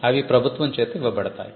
అవి ప్రభుత్వం చేత ఇవ్వబడతాయి